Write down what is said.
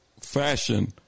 fashion